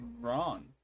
wrong